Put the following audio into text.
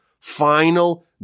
final